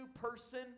person